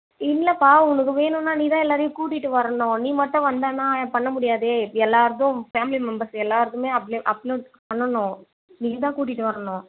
இல்லைப்பா உனக்கு வேணுன்னா நீதான் எல்லாரையும் கூட்டிகிட்டு வரணும் நீ மட்டும் வந்தனா பண்ண முடியாதே எல்லார்தும் ஃபேமிலி மெம்பெர்ஸ் எல்லாருதுமே அப் அப்லோடு பண்ணணும் நீ தான் கூட்டிகிட்டு வரணும்